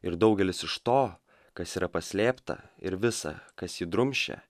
ir daugelis iš to kas yra paslėpta ir visa kas jį drumsčia